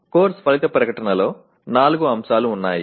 course ఫలిత ప్రకటనలో నాలుగు అంశాలు ఉన్నాయి